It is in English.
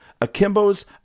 Akimbo's